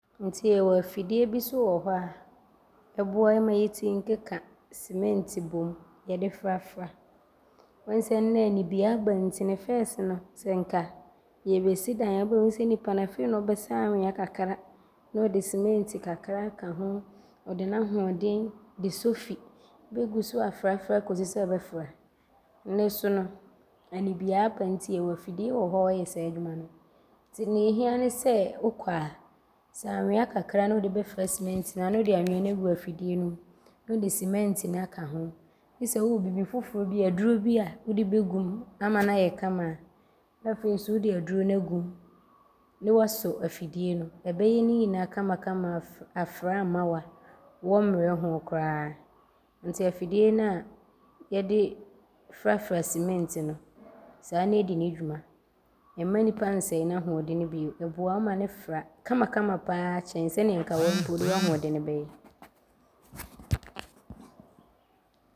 Nti yɛwɔ afidie bi so wɔ hɔ a, ɔboa yɛ ma yɛtim keka sementi bom. Yɛde frafra. Woahu sɛ nnɛ anibie aaba nti no fɛɛse no, sɛ anka yɛɛbɛsi dan a, wobɛhu sɛ nnipa no afei ne ɔɔbɛsa anwea kakra ne ɔde sementi kakra aka ho. Ɔde n’ahoɔden de sofi bɛgu so afrafra kɔsi sɛ ɔbɛfra. Nnɛ so no, anibie aba nti yɛwɔ afidie wɔ hɔ a ɔyɛ saa adwuma no nti deɛ ohia ne sɛ, wokɔ a, sɛ anwea kakra ne wode bɛfra sementi no a ne wode anwea no agu afidie ne mu ne wode sementi no aka ho ne sɛ wowɔ bibi foforɔ bi a, ebia aduro bi a wode bɛgum ama no ayɛ kama a, ne afei so wode aduro no agum ne woasɔ afidie no. Ɔbɛyɛ ne nyinaa kamakama afra ama wo a wɔmmrɛ hoo koraa nti afidie no a yɛde frafra sementi no, saa ne ɔdi ne dwuma. Ɔmma nnipa nsɛe n’ahoɔden bio. Ɔboa wo ma ne fra kamakama pa ara kyɛn sɛdeɛ nka wode w’ahoɔden bɛyɛ.